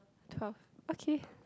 twelve okay